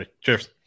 Cheers